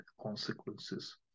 consequences